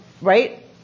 right